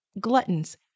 gluttons